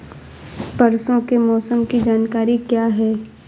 परसों के मौसम की जानकारी क्या है?